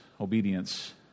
obedience